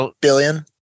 Billion